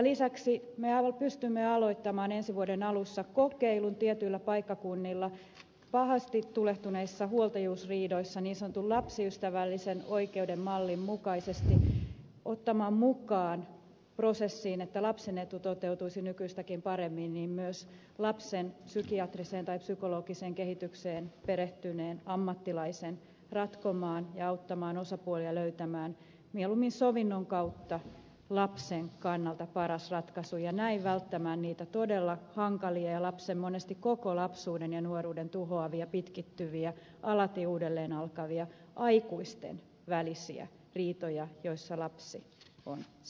lisäksi me pystymme aloittamaan ensi vuoden alussa kokeilun tietyillä paikkakunnilla ja pahasti tulehtuneissa huoltajuusriidoissa niin sanotun lapsiystävällisen oikeuden mallin mukaisesti ottamaan mukaan prosessiin jotta lapsen etu toteutuisi nykyistäkin paremmin myös lapsen psykiatriseen tai psykologiseen kehitykseen perehtyneen ammattilaisen ratkomaan ja auttamaan osapuolia löytämään mieluummin sovinnon kautta lapsen kannalta paras ratkaisu ja näin välttämään niitä todella hankalia ja monesti lapsen koko lapsuuden ja nuoruuden tuhoavia pitkittyviä alati uudelleen alkavia aikuisten välisiä riitoja joissa lapsi on se kärsijä